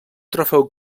trofeu